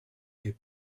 est